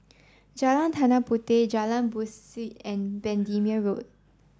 Jalan Tanah Puteh Jalan Besut and Bendemeer Road